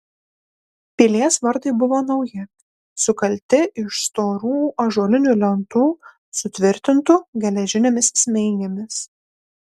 pilies vartai buvo nauji sukalti iš storų ąžuolinių lentų sutvirtintų geležinėmis smeigėmis